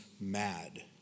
mad